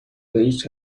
waste